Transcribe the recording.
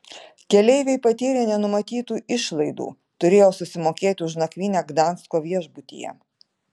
keleiviai patyrė nenumatytų išlaidų turėjo susimokėti už nakvynę gdansko viešbutyje